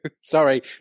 sorry